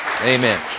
Amen